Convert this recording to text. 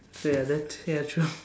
so ya that's ya true